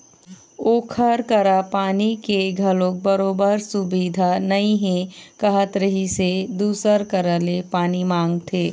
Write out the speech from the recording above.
ओखर करा पानी के घलोक बरोबर सुबिधा नइ हे कहत रिहिस हे दूसर करा ले पानी मांगथे